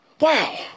wow